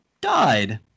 died